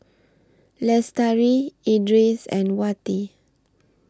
Lestari Idris and Wati